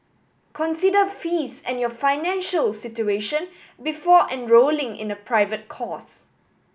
consider fees and your financial situation before enrolling in a private course